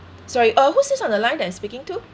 sorry uh who's this on the line that I'm speaking to